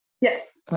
Yes